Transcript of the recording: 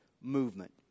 movement